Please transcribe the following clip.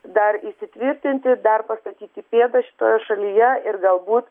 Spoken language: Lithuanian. dar įsitvirtinti dar pastatyti pėdas šitoje šalyje ir galbūt